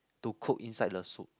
to cook inside the soup